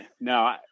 no